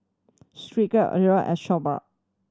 Skylar Lilyana as